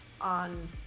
on